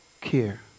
care